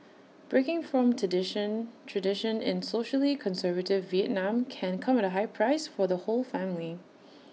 breaking from tradition tradition in socially conservative Vietnam can come at A high price for the whole family